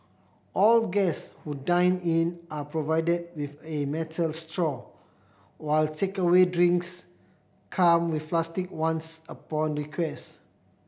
all guest who dine in are provided with a metal straw while takeaway drinks come with plastic ones upon request